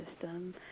system